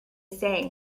say